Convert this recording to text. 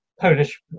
Polish